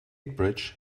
bridge